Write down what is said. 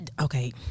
okay